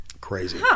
Crazy